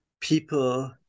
people